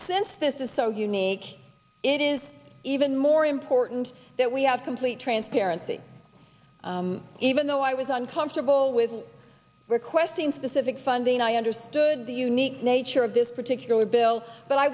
since this is so unique it is even more important that we have complete transparency even though i was uncomfortable with requesting specific funding i understood the unique nature of this particular bill but i